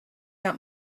out